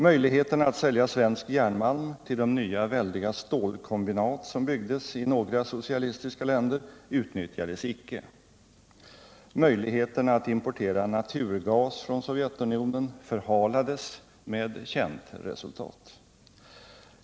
Möjligheterna att sälja svensk järnmalm till de nya väldiga stålkombinat som byggdes i några socialistiska länder utnyttjades icke. Möjligheterna att importera naturgas från Sovjetunionen förhalades med känt resultat.